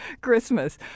Christmas